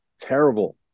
terrible